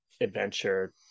adventure